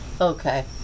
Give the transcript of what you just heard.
okay